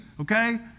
okay